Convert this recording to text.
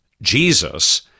Jesus